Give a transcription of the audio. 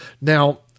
Now